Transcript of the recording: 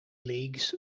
leagues